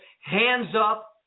hands-up